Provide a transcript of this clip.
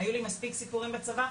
היו לי מספיק סיפורים בצבא,